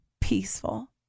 peaceful